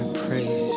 praise